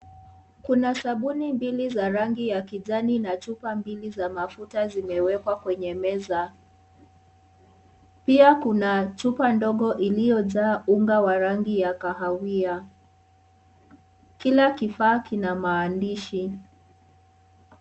Kuna sabuni mbili za rangi ya kijani na chupa mbili za mafuta zimewekwa kwenye meza. Pia kuna chupa ndogo iliyojaa unga wa rangi ya kahawia. Kila kifaa kina maandishi.